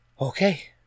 Okay